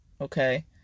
Okay